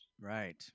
Right